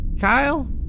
kyle